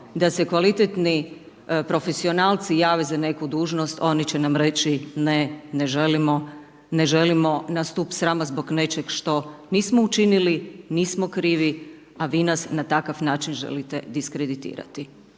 da se kvalitetni profesionalci jave za neku dužnost, oni će nam reći ne, ne želimo, ne želimo na stup srama zbog nečeg što nismo učinili, nismo krivi, a vi nas na takav način želite diskreditirati.